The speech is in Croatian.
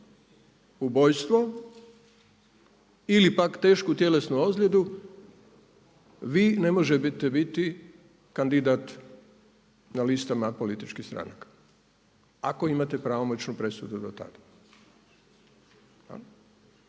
ubojstvo ili pak tešku tjelesnu ozljedu vi ne možete biti kandidat na listama političkih stranaka ako imate pravomoćnu presudu dotada.